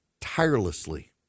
tirelessly